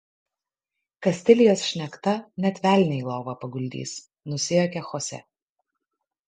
kastilijos šnekta net velnią į lovą paguldys nusijuokė chose